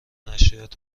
نشریات